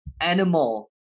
animal